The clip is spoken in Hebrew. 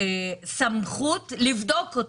סמכות לבדוק אתכם,